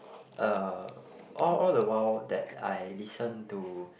uh all all the while that I listen to